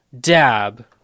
dab